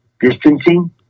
Distancing